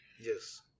Yes